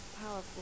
powerful